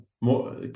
more